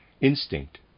Instinct